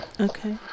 Okay